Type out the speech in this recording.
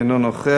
אינו נוכח.